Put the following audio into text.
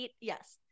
Yes